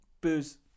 booze